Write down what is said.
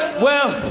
well